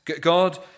God